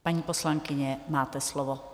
Paní poslankyně, máte slovo.